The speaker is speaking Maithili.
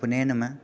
उपनेनमे